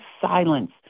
silence